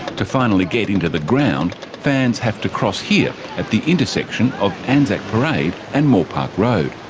to finally get into the ground, fans have to cross here at the intersection of anzac parade and moore park road.